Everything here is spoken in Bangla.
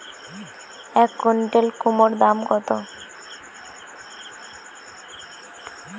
এক কুইন্টাল কুমোড় দাম কত?